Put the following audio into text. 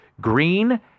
Green